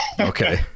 Okay